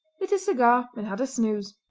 lit a cigar and had a snooze.